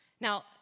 now